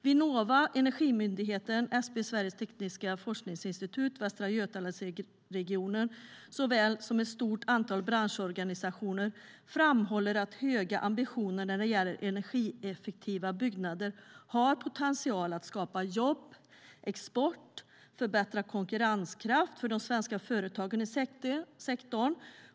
Vinnova, Energimyndigheten, SP Sveriges Tekniska Forskningsinstitut, Västra Götalandsregionen såväl som ett stort antal branschorganisationer framhåller att höga ambitioner när det gäller energieffektiva byggnader har potential att skapa jobb, export och förbättrad konkurrenskraft för de svenska företagen i sektorn.